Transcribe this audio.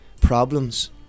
problems